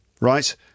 right